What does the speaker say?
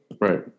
right